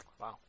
Wow